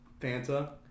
Fanta